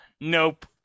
nope